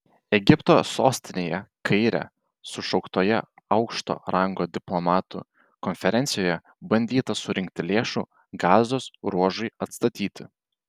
egipto sostinėje kaire sušauktoje aukšto rango diplomatų konferencijoje bandyta surinkti lėšų gazos ruožui atstatyti